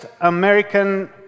American